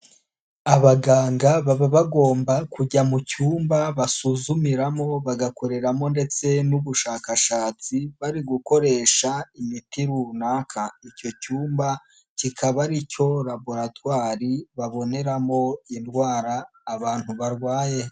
Abaganga baba bagomba kujya mu cyumba basuzumiramo bagakoreramo ndetse n'ubushakashatsi bari gukoresha imiti runaka, icyo cyumba kikaba ari cyo laboratwari baboneramo indwara abantu barwaye.